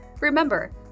Remember